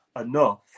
enough